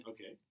Okay